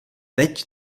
teď